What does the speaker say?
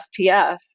SPF